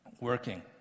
working